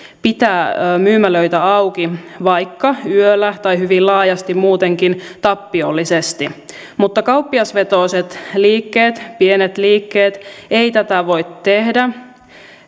pitää myymälöitä auki vaikka yöllä tai hyvin laajasti muutenkin tappiollisesti mutta kauppiasvetoiset liikkeet pienet liikkeet eivät tätä voi tehdä